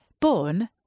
Born